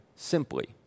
simply